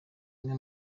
umwe